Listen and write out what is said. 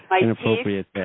inappropriate